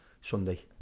Sunday